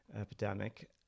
epidemic